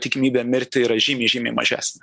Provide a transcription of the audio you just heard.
tikimybė mirti yra žymiai žymiai mažesnė